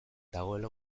dagoela